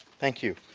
thank you.